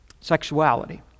sexuality